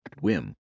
whim